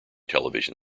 television